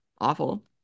awful